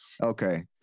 Okay